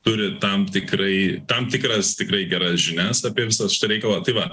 turi tam tikrai tam tikras tikrai geras žinias apie visą šitą reikalą tai va